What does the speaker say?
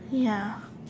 ya